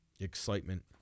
excitement